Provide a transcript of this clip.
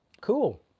Cool